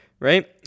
right